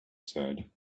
said